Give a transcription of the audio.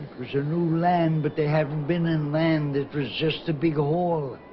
was a new land but they haven't been in land it was just a big ol